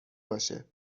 باشه